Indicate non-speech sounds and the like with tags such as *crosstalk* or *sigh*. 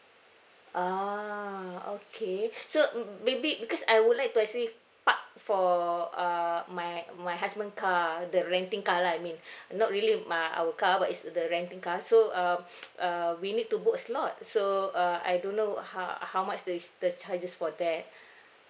ah okay *breath* so um maybe because I would like to actually park for err my my husband car the renting car lah I mean *breath* not really uh our car but it's the renting car so um *noise* err we need to book a slot so err I don't know ho~ how how much the is the charges for that *breath*